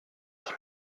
dans